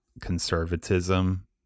conservatism